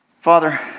Father